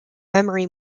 memory